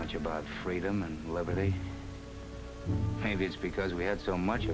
much about freedom and liberty maybe it's because we had so much